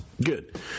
Good